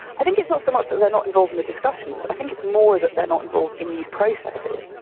i think it's not so much that they're not involved in the discussions, i think it's more that they're not involved in these processes,